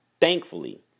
Thankfully